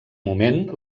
moment